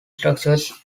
structures